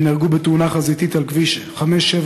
הם נהרגו בתאונה חזיתית על כביש 5714,